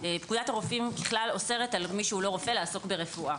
פקודת הרופאים ככלל אוסרת על מי שאינו רופא לעסוק ברפואה.